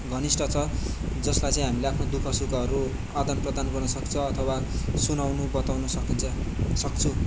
घनिष्ट छ जसलाई चाहिँ हामीले आफ्नो दुःख सुखहरूआदान प्रदान गर्नु सक्छ अथवा सुनाउनु बताउनु सकिन्छ सक्छु